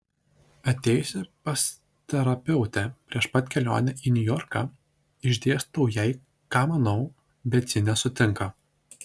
atėjusi pas terapeutę prieš pat kelionę į niujorką išdėstau jai ką manau bet ji nesutinka